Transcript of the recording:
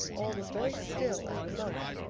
all was very still and remote,